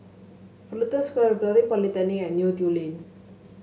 Fullerton Square Republic Polytechnic and Neo Tiew Lane